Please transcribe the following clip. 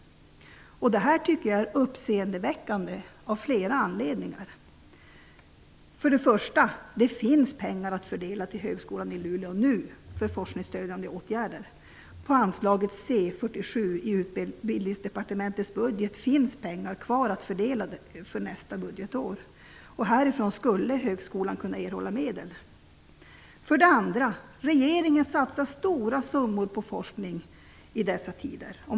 Detta tycker jag är uppseendeväckande av flera anledningar. För det första finns det nu pengar att fördela till Högskolan i Luleå för forskningsstödjande åtgärder. Under anslaget C 47 i Utbildningsdepartementets budget finns pengar kvar att fördela för nästa budgetår. Härifrån skulle högskolan kunna erhålla medel. För det andra satsar regeringen stora summor på forskning i dessa tider.